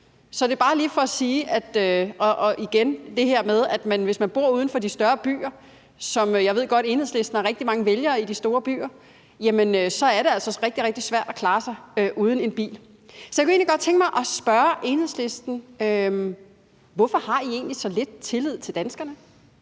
Så det er bare lige for igen at sige det her med, at når man bor uden for de større byer – jeg ved godt, at Enhedslisten har rigtig mange vælgere i de store byer – så er det altså rigtig svært at klare sig uden en bil. Så jeg kunne egentlig godt tænke mig at spørge Enhedslisten: Hvorfor har I egentlig så lidt tillid til danskerne?